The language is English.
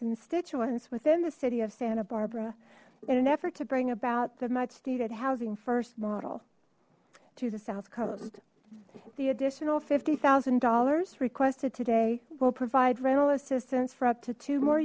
constituents within the city of santa barbara in an effort to bring about the much needed housing first model to the south coast the additional fifty thousand dollars requested today will provide rental assistance for up to two more